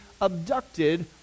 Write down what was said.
abducted